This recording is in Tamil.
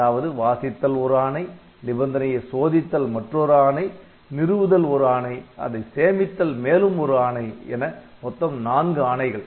அதாவது வாசித்தல் ஒரு ஆணை நிபந்தனையை சோதித்தல் மற்றொரு ஆணை நிறுவுதல் ஒரு ஆணை அதை சேமித்தல் மேலும் ஒரு ஆணை என மொத்தம் நான்கு ஆணைகள்